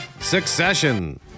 Succession